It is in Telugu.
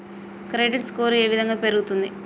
క్రెడిట్ స్కోర్ ఏ విధంగా పెరుగుతుంది?